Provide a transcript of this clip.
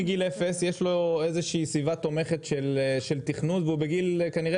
מגיל 0 יש לו סביבה תומכת של תיכנות והוא גם כנראה